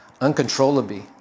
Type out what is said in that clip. uncontrollably